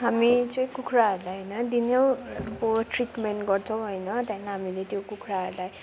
हामी चाहिँ कुखुराहरूलाई होइन दिनै अब ट्रिटमेन्ट गर्छौँ होइन त्यहाँदेखि हामीले त्यो कुखुराहरूलाई